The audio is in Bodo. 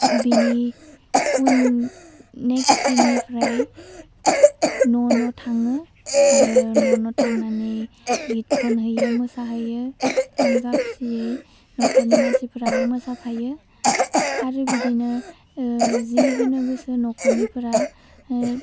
बेनि उन नेक्स दिननिफ्राइ न' न' थाङो आरो न' न' थांनानै गित खनहैयो मोसाहैयो रंजा खुसियै नखरनि मानसिफ्राबो मोसाफायो आरो बिदिनो जि होनो गोसो नखरनिफ्रा